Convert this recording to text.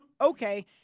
okay